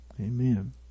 Amen